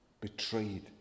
betrayed